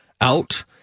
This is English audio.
out